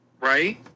Right